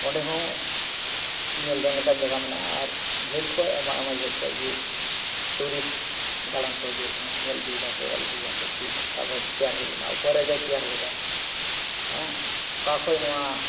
ᱚᱸᱰᱮᱦᱚᱸ ᱧᱮᱞᱡᱚᱝ ᱞᱮᱠᱟᱱ ᱡᱟᱭᱜᱟ ᱢᱮᱱᱟᱜᱼᱟ ᱟᱨ ᱡᱷᱟᱹᱞ ᱠᱷᱚᱡ ᱟᱭᱢᱟ ᱟᱭᱢᱟ ᱡᱷᱟᱹᱞᱠᱷᱚᱡ ᱜᱮ ᱴᱩᱨᱤᱥᱴ ᱫᱟᱬᱟᱱᱠᱚ ᱦᱟᱹᱡᱩᱜᱚᱜ ᱠᱟᱱᱟ ᱧᱮᱞ ᱤᱫᱤᱭᱫᱟᱠᱚ ᱚᱞ ᱤᱫᱤᱭᱫᱟᱠᱚ ᱛᱤᱱᱟᱹᱜ ᱥᱟᱞᱨᱮ ᱛᱮᱭᱟᱜ ᱦᱩᱭᱞᱮᱱᱟ ᱚᱠᱚᱭ ᱨᱟᱡᱟᱭ ᱛᱮᱭᱟᱨ ᱞᱮᱫᱟ ᱚᱠᱟᱠᱷᱚᱡ ᱱᱚᱣᱟ